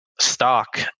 stock